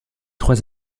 trois